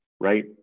right